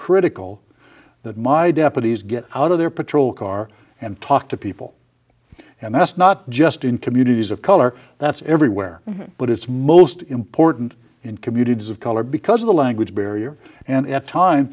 critical that my deputies get out of their patrol car and talk to people and that's not just in communities of color that's everywhere but it's most important in communities of color because of the language barrier and at times